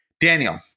Daniel